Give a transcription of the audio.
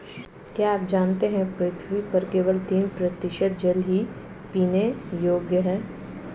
क्या आप जानते है पृथ्वी पर केवल तीन प्रतिशत जल ही पीने योग्य है?